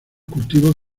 cultivos